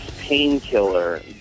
Painkiller